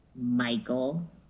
michael